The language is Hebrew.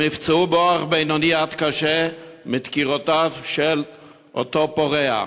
הם נפצעו באורח בינוני עד קשה מדקירותיו של אותו פורע,